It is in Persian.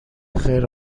خیر